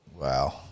Wow